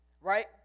Right